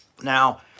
Now